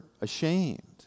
ashamed